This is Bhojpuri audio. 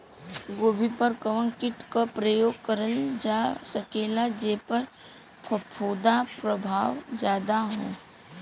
गोभी पर कवन कीट क प्रयोग करल जा सकेला जेपर फूंफद प्रभाव ज्यादा हो?